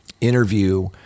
interview